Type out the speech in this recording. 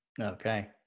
Okay